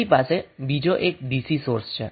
આપણી પાસે બીજો એક dc સોર્સ છે